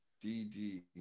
D-D